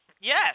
yes